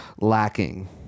lacking